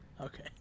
Okay